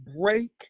break